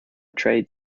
trade